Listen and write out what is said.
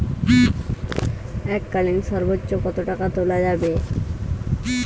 এককালীন সর্বোচ্চ কত টাকা তোলা যাবে?